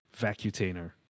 vacutainer